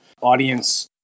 Audience